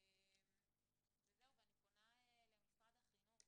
אני פונה למשרד החינוך